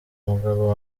umugabo